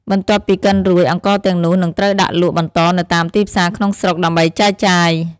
បន្ទាប់ពីកិនរួច អង្ករទាំងនោះនឹងត្រូវដាក់លក់បន្តនៅតាមទីផ្សារក្នុងស្រុក ដើម្បីចែកចាយ។